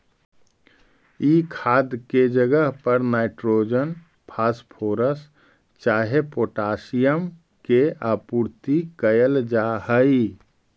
ई खाद के जगह पर नाइट्रोजन, फॉस्फोरस चाहे पोटाशियम के आपूर्ति कयल जा हई